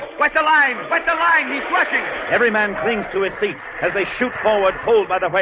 but the line but the line he's flushing every man clings to his seat as they shoot forward hold but by